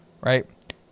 right